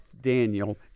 Daniel